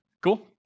Cool